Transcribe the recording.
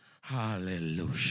Hallelujah